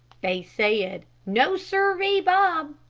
they said, no, sirree, bob.